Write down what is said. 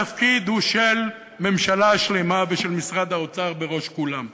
התפקיד הוא של ממשלה שלמה ושל משרד האוצר בראש כולם.